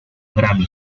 grammy